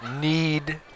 need